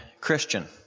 Christian